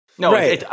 No